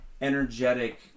energetic